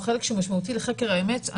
הוא חלק שהוא משמעותי לחקר האמת,